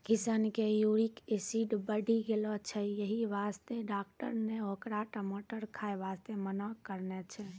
किशन के uric acid बढ़ी गेलो छै यही वास्तॅ डाक्टर नॅ होकरा टमाटर खाय वास्तॅ मना करनॅ छै